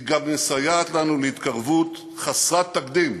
היא גם מסייעת לנו להתקרבות חסרת תקדים